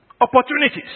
Opportunities